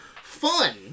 fun